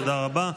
תודה רבה.